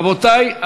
רבותי,